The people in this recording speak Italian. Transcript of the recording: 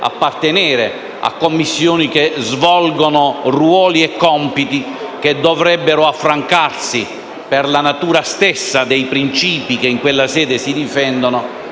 appartenere a Commissioni che svolgono ruoli e compiti che - per la natura stessa dei principi che in quella sede si difendono